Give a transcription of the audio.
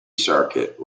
circuit